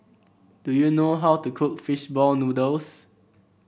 do you know how to cook fish ball noodles